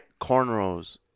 cornrows